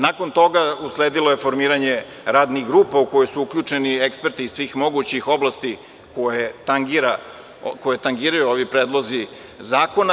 Nakon toga, usledilo je formiranje radnih grupa u koje su uključeni eksperti iz svih mogućih oblasti koje tangiraju ovi predlozi zakona.